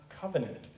covenant